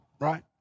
right